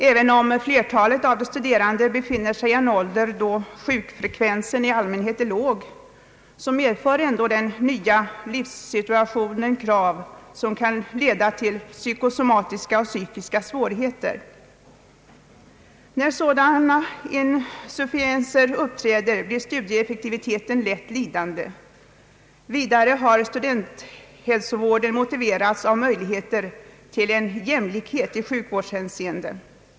även om flertalet av de studerande befinner sig i en ålder då sjukfrekvensen i allmänhet är låg medför den nya livssituationen krav som kan leda till psykosomatiska och psykiska svårigheter. När sådana insufficienser uppträder blir studieeffektiviteten lätt lidande. Vidare har studerandehälsovården motiverats med möjligheten till jämlikhet i sjukvårdsavseende.